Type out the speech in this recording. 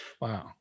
Wow